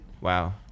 Wow